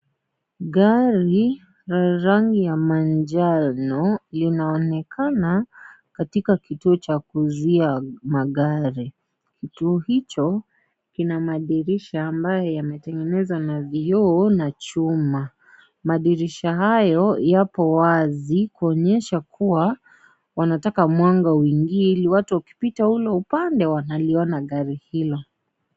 Gari la rangi ya manjano, inaonekana katika kituo cha kuuzia magari, kituo hicho kina madirisha ambayo yametegenezwa na vioo na chuma, madirisha hayo yapo wazi kuonyesha kuwa wanataka mwanga uingie, ili watu wakipita ule upande wanaliona gari hilo.